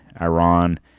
Iran